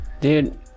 dude